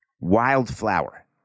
Wildflower